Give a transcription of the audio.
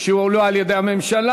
שהועלו על-ידי הממשלה.